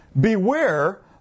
beware